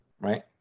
Right